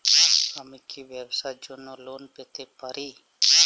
আমি কি ব্যবসার জন্য লোন পেতে পারি?